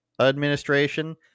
administration